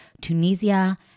Tunisia